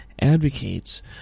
advocates